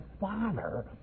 father